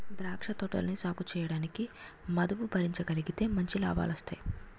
ద్రాక్ష తోటలని సాగుచేయడానికి మదుపు భరించగలిగితే మంచి లాభాలొస్తాయి